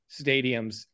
stadiums